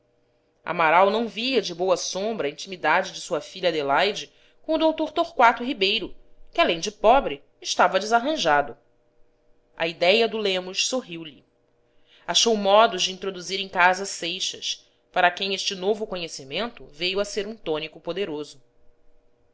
amaral não via de boa sombra a intimidade de sua filha adelaide com o dr torquato ribeiro que além de pobre estava desarranjado a idéia do lemos sorriu-lhe achou modos de introduzir em casa seixas para quem este novo conhecimento veio a ser um tônico